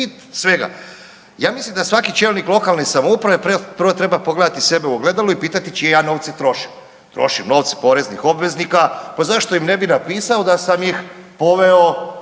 svega. Ja mislim da svaki čelnik lokalne samouprave prvo treba pogledati sebe u ogledalu i pitati čije ja novce trošim. Trošim novce poreznih obveznika, pa zašto im ne bi napisao da sam ih poveo